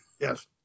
Yes